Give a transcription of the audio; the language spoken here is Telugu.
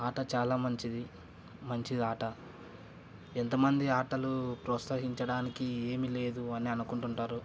ఆట చాలా మంచిది మంచిది ఆట ఎంతమంది ఆటలు ప్రోస్తహించడానికి ఏమీ లేదు అని అనుకుంటుంటారు